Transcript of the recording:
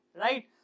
right